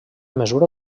mesura